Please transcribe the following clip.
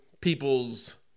people's